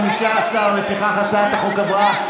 15. הצעת החוק עברה,